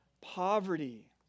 poverty